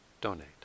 donate